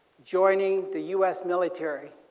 joining the u s. military,